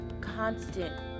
constant